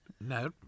no